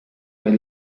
per